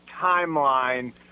timeline